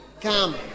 come